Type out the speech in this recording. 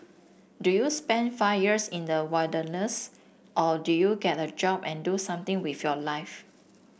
do you spend five years in the wilderness or do you get a job and do something with your life